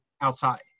outside